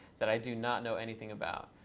that i do not know anything about.